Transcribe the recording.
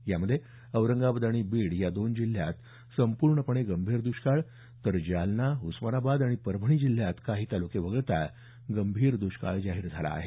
यात औरंगाबाद आणि बीड या दोन जिल्ह्यात संपूर्णपणे गंभीर द्ष्काळ तर जालना उस्मानाबाद आणि परभणी जिल्ह्यात काही तालुके वगळता गंभीर द्ष्काळ जाहीर झाला आहे